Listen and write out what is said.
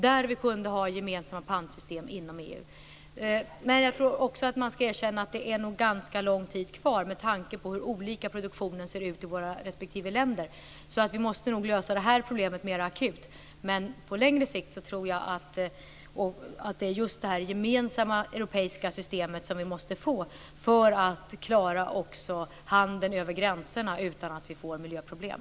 Det handlar alltså om gemensamma pantsystem inom EU. Jag tror dock att man skall erkänna att det är ganska långt dit, med tanke på hur olika produktionen ser ut i våra respektive länder. Vi måste nog lösa det här problemet mer akut men på längre sikt tror jag att vi måste få ett gemensamt europeiskt system för att klara också handeln över gränserna utan att det blir miljöproblem.